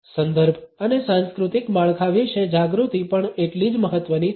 સંદર્ભ અને સાંસ્કૃતિક માળખા વિશે જાગૃતિ પણ એટલી જ મહત્વની છે